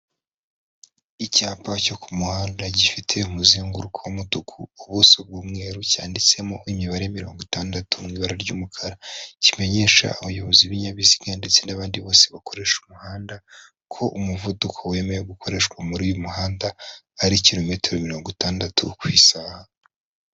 Icyapa cyo ku muhanda gifite umuzenguruko w'umutuku ubuso bw'umweru cyanditsemo imibare mirongo itandatu m',ibara ry'umukara ,kimenyesha abayobozi b'ibinyabiziga ndetse n'abandi bose bakoresha umuhanda ko umuvuduko wemewe gukoreshwa muri uyu muhanda ari kilometero mirongo itandatu ku isaha.